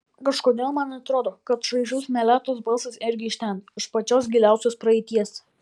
kažkodėl man atrodo kad šaižus meletos balsas irgi iš ten iš pačios giliausios praeities